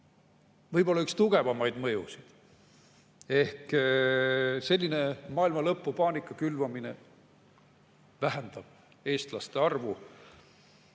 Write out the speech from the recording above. võib-olla üks tugevamaid mõjusid. Selline maailmalõpupaanika külvamine vähendab eestlaste arvu,